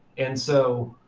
and so